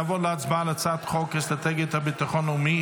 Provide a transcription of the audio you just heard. נעבור להצבעה על הצעת חוק אסטרטגיית הביטחון הלאומי,